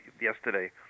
yesterday